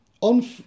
On